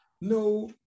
No